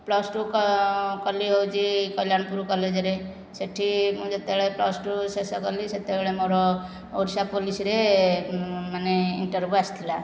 plus two କଲି ହେଉଛି କଲ୍ୟାଣୀପୁର କଲେଜରେ ସେଠି ମୁଁ ଯେତେବେଳେ ପ୍ଲସ୍ ଟୁ ଶେଷ କଲି ସେତେବେଳେ ମୋର ଓଡ଼ିଶା ପୋଲିସ ରେ ମାନେ ଇଣ୍ଟରଭ୍ୟୁ ଆସିଥିଲା